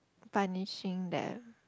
punishing them